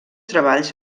treballs